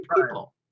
people